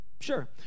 Sure